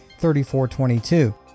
$34.22